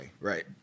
Right